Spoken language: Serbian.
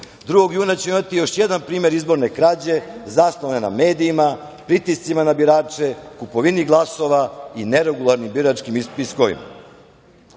2. juna ćemo imati još jedan primer izborne krađe zasnovane na medijima, pritiscima na birače, kupovini glasova i neregularnim biračkim spiskovima. Sve